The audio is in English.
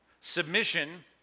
Submission